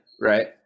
right